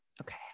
Okay